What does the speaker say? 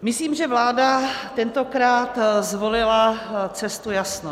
Myslím, že vláda tentokrát zvolila cestu jasnou.